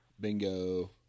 bingo